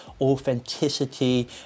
authenticity